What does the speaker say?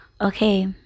Okay